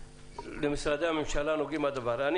אני אומר למשרדי הממשלה הנוגעים בדבר מר סרור,